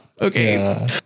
okay